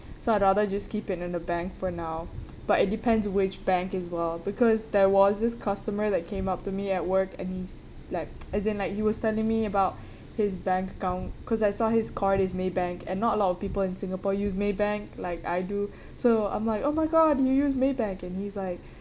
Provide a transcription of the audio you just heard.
so I'd rather just keep it in the bank for now but it depends which bank as well because there was this customer that came up to me at work and he's like as in like he was telling me about his bank account because I saw his card is Maybank and not a lot of people in singapore use Maybank like I do so I'm like oh my god you use Maybank and he's like